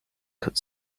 cut